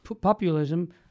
populism